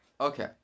Okay